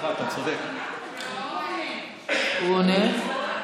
הוא עונה.